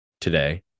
Today